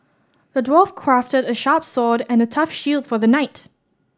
the dwarf crafted a sharp sword and a tough shield for the knight